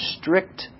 strict